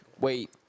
Wait